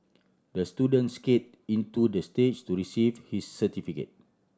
the student skate into the stage to receive his certificate